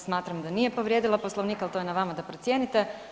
Smatram da nije povrijedila poslovnik, ali to je na vama da procijenite.